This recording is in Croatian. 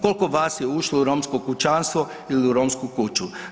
Koliko vas je ušlo u romsko kućanstvo ili u romsku kuću?